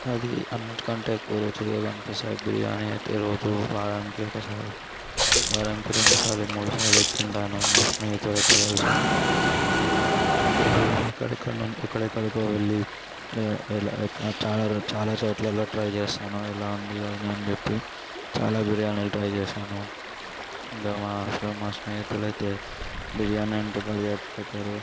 అది అన్నింటికంటే ఎక్కువ రుచి అనిపిస్తుంది బిర్యానీ అయితే రోజు వారానికి ఒకసారి వారానికి రెండుసార్లు మూడుసార్లు ఇది తింటాను మా స్నేహితులతో కలిసి రోజు ఎక్కడికనుండో ఎక్కడికెక్కడికో వెళ్ళి చాలా చోట్ల చాలా చోట్లలో ట్రై చేశాను ఎలా ఉంది అని చెప్పి చాలా బిర్యానీలు ట్రై చేశాను ఇంకా మా స్నేహితులు అయితే బిర్యానీ అంటే పడి చచ్చిపోతారు